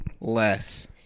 less